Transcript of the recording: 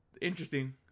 interesting